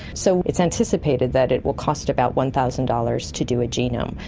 so it's anticipated that it will cost about one thousand dollars to do a genome.